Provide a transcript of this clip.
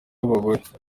abagore